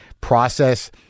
Process